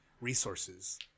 resources